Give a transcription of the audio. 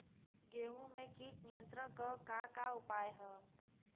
गेहूँ में कीट नियंत्रण क का का उपाय ह?